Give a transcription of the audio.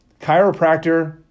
chiropractor